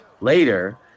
later